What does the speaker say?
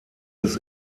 des